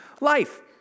life